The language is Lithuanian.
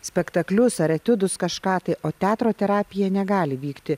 spektaklius ar etiudus kažką tai o teatro terapija negali vykti